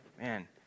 Man